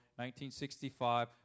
1965